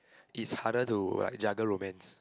is harder to like juggle romance